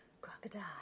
Crocodile